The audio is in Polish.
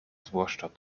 zwłaszcza